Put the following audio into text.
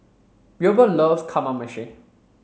Wilbur loves Kamameshi